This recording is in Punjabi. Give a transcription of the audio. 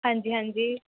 ਹਾਂਜੀ ਹਾਂਜੀ